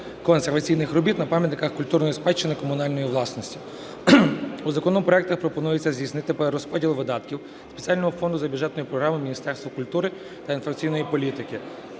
консерваційних робіт на пам'ятниках культурної спадщини комунальної власності. У законопроектах пропонується здійснити перерозподіл видатків спеціального фонду за бюджетною програмою Міністерства культури та інформаційної політики,